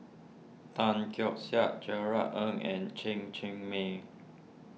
Tan Keong Saik Gerard Ng and Chen Cheng Mei